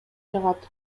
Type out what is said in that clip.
жагат